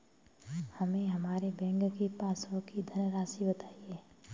हमें हमारे बैंक की पासबुक की धन राशि बताइए